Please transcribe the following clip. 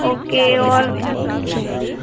okay और ठीक